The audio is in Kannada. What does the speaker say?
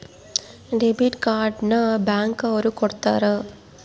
ಡೆಬಿಟ್ ಕಾರ್ಡ್ ನ ಬ್ಯಾಂಕ್ ಅವ್ರು ಕೊಡ್ತಾರ